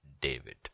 David